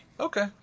Okay